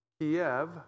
Kiev